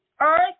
earth